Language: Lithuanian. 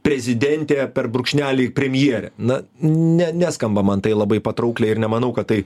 prezidentė per brūkšnelį premjerė na ne neskamba man tai labai patraukliai ir nemanau kad tai